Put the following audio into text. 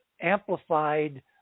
amplified